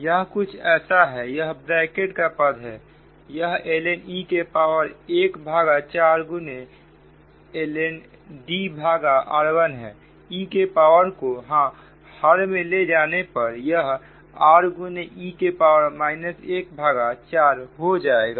यह कुछ ऐसा है यह ब्रैकेट का पद है यह ln e के पावर 1भागा चार गुने D भागा r1 है e के पावर को हर में ले जाने पर यह r गुने e के पावर माइनस एक भागा चार हो जाएगा